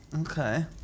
Okay